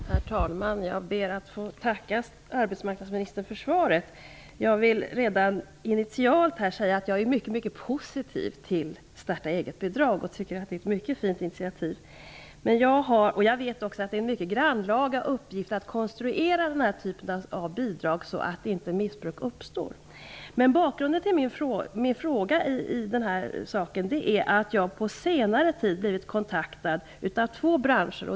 Herr talman! Jag ber att få tacka arbetsmarknadsministern för svaret. Jag vill redan initialt säga att jag är mycket positiv till starta-egetbidrag och tycker att det är ett mycket fint initiativ. Jag vet också att det är en mycket grannlaga uppgift att konstruera den här typen av bidrag så att inte missbruk uppstår. Bakgrunden till min fråga är att jag på senare tid blivit kontaktad av två branscher.